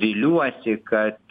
viliuosi kad